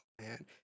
man